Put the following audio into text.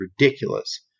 ridiculous